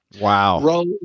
Wow